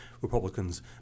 Republicans